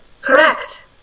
correct